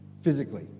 physically